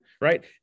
right